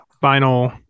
final